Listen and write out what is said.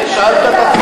את זה שאלת את עצמך?